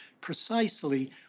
precisely